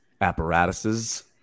apparatuses